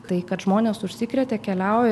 tai kad žmonės užsikrėtė keliauja